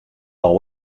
aux